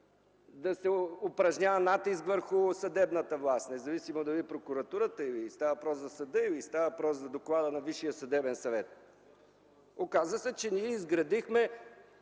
да упражнява натиск върху съдебната власт – независимо дали е прокуратура, или става въпрос за съда, или става въпрос за доклада на Висшия съдебен съвет. Оказа се, че ние изградихме